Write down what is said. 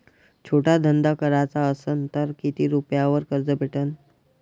छोटा धंदा कराचा असन तर किती रुप्यावर कर्ज भेटन?